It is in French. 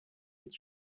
est